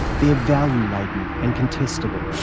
they're value-laden and contestable.